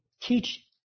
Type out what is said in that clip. teach